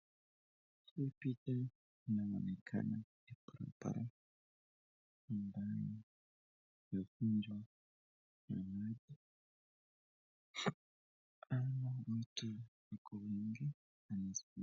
Hii picha inaonekana ni barabara ambayo imevunjwa na maji, ama watu wako wengi.